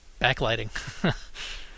backlighting